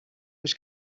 oes